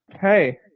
Hey